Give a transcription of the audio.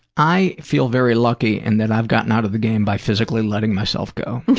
i feel very lucky in that i've gotten out of the game by physically letting myself go.